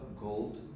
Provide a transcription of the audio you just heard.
gold